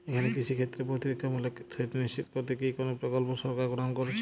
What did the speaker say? এখানে কৃষিক্ষেত্রে প্রতিরক্ষামূলক সেচ নিশ্চিত করতে কি কোনো প্রকল্প সরকার গ্রহন করেছে?